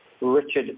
Richard